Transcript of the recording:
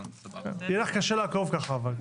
יהיה לך קשה לעקוב ככה אבל,